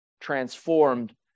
transformed